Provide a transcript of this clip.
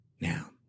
Now